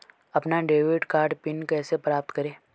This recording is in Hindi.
अपना डेबिट कार्ड पिन कैसे प्राप्त करें?